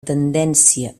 tendència